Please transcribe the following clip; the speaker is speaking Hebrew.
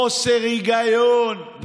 חוסר היגיון.